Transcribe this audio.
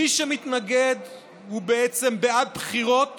מי שמתנגד הוא בעצם בעד בחירות